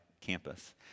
campus